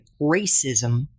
racism